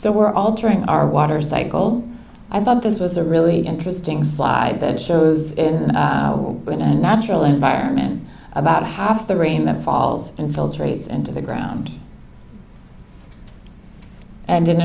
so we're altering our water cycle i thought this was a really interesting slide that shows in the natural environment about half the rain that falls infiltrates into the ground and